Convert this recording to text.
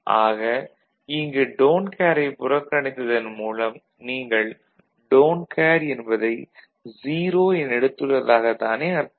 ஆக இங்கு டோன்ட் கேரை புறக்கனித்ததன் மூலம் நீங்கள் டோன்ட் கேர் என்பதை 0 என எடுத்துள்ளதாகத் தானே அர்த்தம்